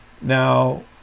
Now